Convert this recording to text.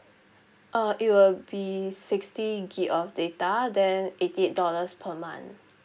uh it will be sixty gig of data then eighty eight dollars per month